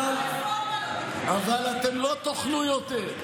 אבל אתם לא תוכלו יותר,